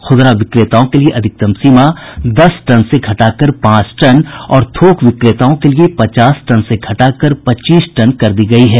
ख़दरा विक्रेताओं के लिए अधिकतम सीमा दस टन से घटाकर पांच टन और थोक विक्रेताओं के लिए पचास टन से घटाकर पच्चीस टन कर दी गई है